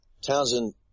Townsend